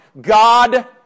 God